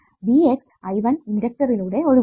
V x I1 ഇണ്ടക്ടറിലൂടെ ഒഴുകുന്നു